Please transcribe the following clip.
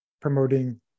promoting